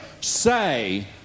say